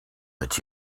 but